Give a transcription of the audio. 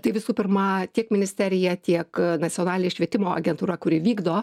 tai visų pirma tiek ministerija tiek nacionalinė švietimo agentūra kuri vykdo